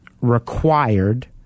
required